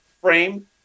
frame